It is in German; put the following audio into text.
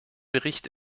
bericht